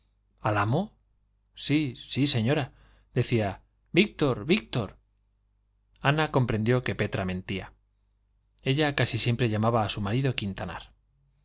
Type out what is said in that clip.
amo sí sí señora decía víctor víctor ana comprendió que petra mentía ella casi siempre llamaba a su marido quintanar